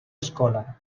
escola